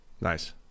Nice